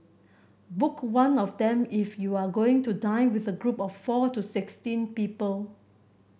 book one of them if you are going to dine with a group of four to sixteen people